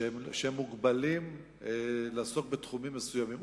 שהם מוגבלים לעסוק בתחומים מסוימים.